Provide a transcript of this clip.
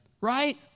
right